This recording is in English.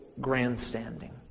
grandstanding